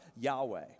Yahweh